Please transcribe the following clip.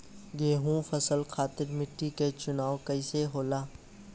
गेंहू फसल खातिर मिट्टी के चुनाव कईसे होला?